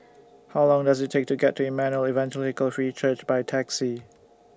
How Long Does IT Take to get to Emmanuel Evangelical Free Church By Taxi